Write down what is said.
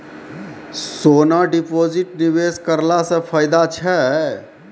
सोना deposit निवेश करला से फैदा छै?